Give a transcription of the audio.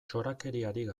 txorakeriarik